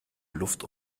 luft